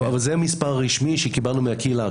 אבל זה המספר הרשמי שקיבלנו מהקהילה.